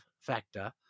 factor